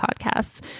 Podcasts